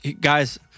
guys